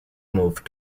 moved